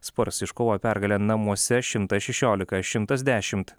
spars iškovojo pergalę namuose šimtas šešiolika šimtas dešimt